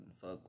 fuck